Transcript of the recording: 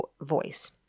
voice